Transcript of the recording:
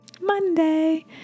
Monday